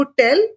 tell